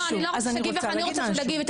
לא, אני לא רוצה שתגיבי.